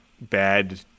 bad